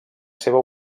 seva